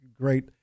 great